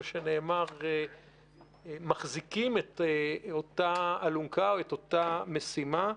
שמחזיקים את אותה אלונקה או משימה,